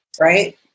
right